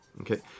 okay